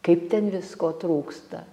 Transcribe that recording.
kaip ten visko trūksta